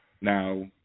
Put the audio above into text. Now